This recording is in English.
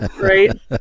Right